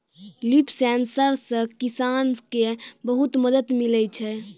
लिफ sensor से किसान के बहुत मदद मिलै छै